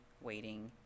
waiting